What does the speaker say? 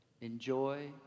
enjoy